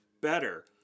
better